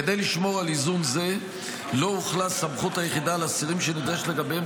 כדי לשמור על איזון זה לא הוחלה סמכות היחידה על אסירים שנדרשת לגביהם